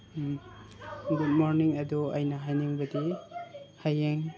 good morning ꯑꯗꯣ ꯑꯩꯅ ꯍꯥꯏꯅꯤꯡꯕꯗꯤ ꯍꯌꯦꯡ